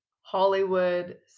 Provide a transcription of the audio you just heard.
Hollywood